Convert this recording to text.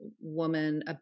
woman